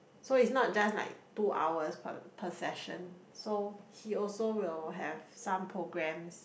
so it's not just like two hours per per session so he also will have some programs